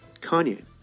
Kanye